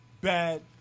bad